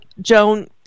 Joan